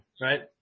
right